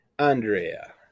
Andrea